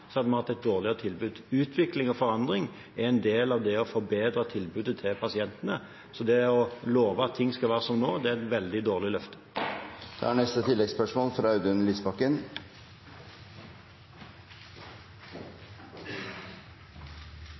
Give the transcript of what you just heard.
vi hatt et dårligere tilbud. Utvikling og forandring er en del av det å forbedre tilbudet til pasientene, så det å love at ting skal være som nå, er et veldig dårlig løfte. Audun Lysbakken – til oppfølgingsspørsmål. Frykt ikke, er